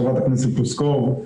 ח"כ פלוסקוב,